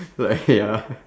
like ya